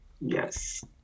yes